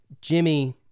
Jimmy